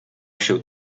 się